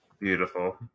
Beautiful